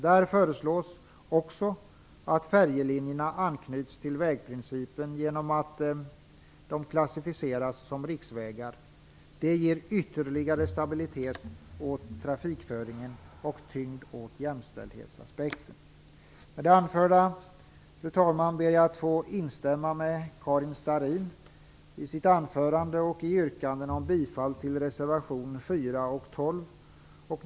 Där föreslås också att färjelinjerna anknyts till vägprincipen genom att de klassificeras som riksvägar. Det ger ytterligare stabilitet åt trafikföringen och tyngd åt jämställdhetsaspekten. Med det anförda, fru talman, ber jag att få instämma i vad Karin Starrin sade i sitt anförande samt i hennes yrkanden om bifall till reservationerna 4 och 12.